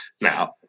now